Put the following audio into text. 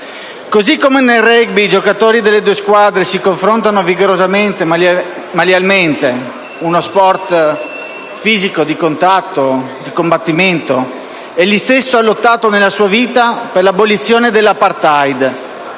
Così come nel *rugby* i giocatori delle due squadre si confrontano vigorosamente ma lealmente in uno sport fisico, di contatto, di combattimento, egli stesso ha lottato nella sua vita per l'abolizione dell'*apartheid*